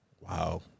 Wow